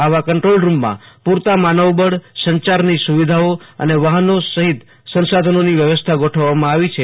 આવા કંટ્રોલ રુમમાં પૂરતા માનવબળ સંચારની સુવિધાઓ અને વાહનો સહિત સંસાધનોની વ્યવસ્થા ગોઠવવામાં આવી છે